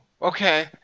Okay